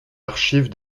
archives